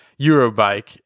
Eurobike